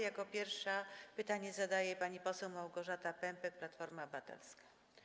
Jako pierwsza pytanie zadaje pani poseł Małgorzata Pępek, Platforma Obywatelska.